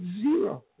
zero